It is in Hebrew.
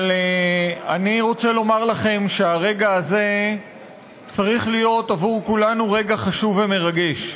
אבל אני רוצה לומר לכם שהרגע הזה צריך להיות עבור כולנו רגע חשוב ומרגש,